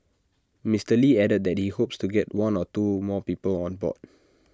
Mister lee added that he hopes to get one or two more people on board